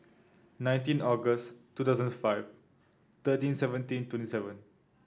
nineteen August two thousand five thirteen seventeen twenty seven